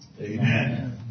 Amen